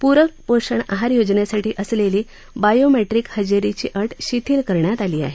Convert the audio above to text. पूरक पोषण आहार योजनेसाठी असलेली बायोमॅट्रिक हजेरीची अट शिथील करण्यात आली आहे